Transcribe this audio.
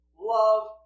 love